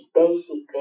basic